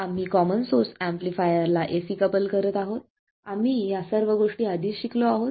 आम्ही common source amplifier ला AC couple करत आहोत आम्ही या सर्व गोष्टी आधीच शिकलो आहोत